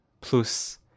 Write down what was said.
plus